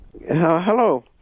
hello